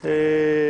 הכנסת.